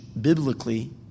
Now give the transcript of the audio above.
biblically